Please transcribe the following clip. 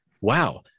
Wow